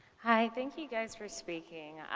hi. thank you guys for speaking.